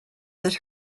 that